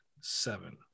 seven